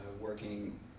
working